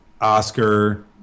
Oscar